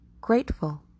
Grateful